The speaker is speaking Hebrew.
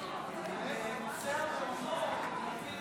בנושא המעונות הייתה